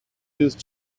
use